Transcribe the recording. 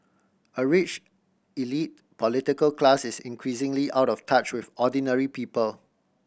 a rich elite political class is increasingly out of touch with ordinary people